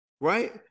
right